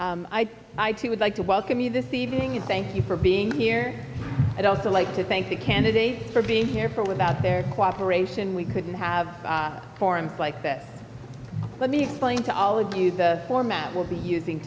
birch i too would like to welcome you this evening and thank you for being here i'd also like to thank the candidates for being here for without their cooperation we couldn't have forums like this let me explain to all of you the format will be using